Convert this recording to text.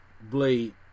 Blade